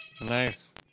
Nice